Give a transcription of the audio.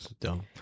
dumb